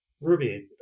Ruby